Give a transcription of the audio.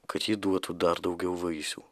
kad ji duotų dar daugiau vaisių